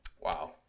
Wow